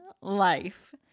life